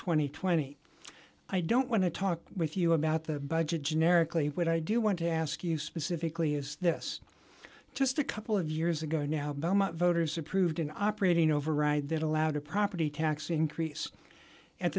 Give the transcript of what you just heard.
and twenty i don't want to talk with you about the budget generically but i do want to ask you specifically is this just a couple of years ago now boma voters approved an operating override that allowed a property tax increase at